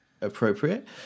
appropriate